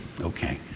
Okay